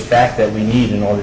fact that we need in order